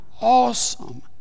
awesome